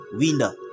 winner